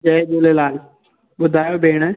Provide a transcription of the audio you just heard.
जय झूलेलाल ॿुधायो भेण